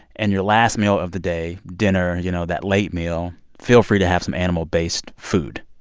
and your last meal of the day, dinner, you know, that late meal, feel free to have some animal-based food.